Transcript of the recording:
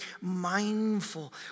mindful